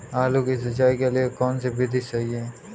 आलू की सिंचाई के लिए कौन सी विधि सही होती है?